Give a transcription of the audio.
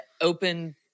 open